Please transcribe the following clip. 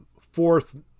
Fourth